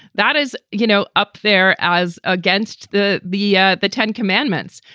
that is, you know, up there as against the the yeah the ten commandments.